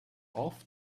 off